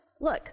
look